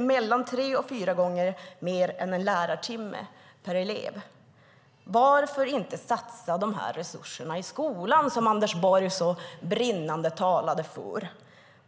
mellan tre och fyra gånger mer än en lärartimme per elev. Varför inte satsa de resurserna i skolan, som Anders Borg så brinnande talade för?